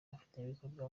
bafatanyabikorwa